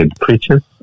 preachers